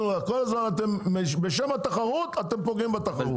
נו, כל הזמן בשם התחרות אתם פוגעים בתחרות.